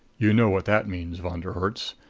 you know what that means, von der herts.